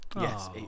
Yes